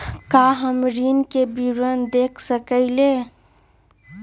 का हम ऋण के विवरण देख सकइले?